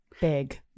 Big